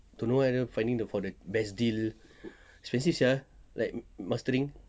don't know finding the for the best deal expensive sia like mastering